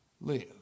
live